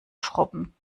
schrubben